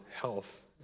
health